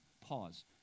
Pause